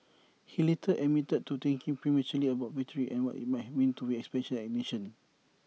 he later admitted to thinking prematurely about victory and what IT might mean to his expectant nation